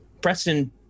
Preston